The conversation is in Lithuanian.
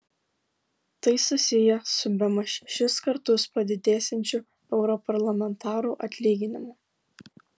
tai susiję su bemaž šešis kartus padidėsiančiu europarlamentarų atlyginimu